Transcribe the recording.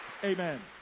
Amen